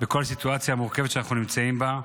בכל הסיטואציה המורכבת שאנחנו נמצאים בה,